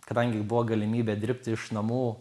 kadangi buvo galimybė dirbti iš namų